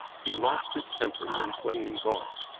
he lost his temper when playing golf.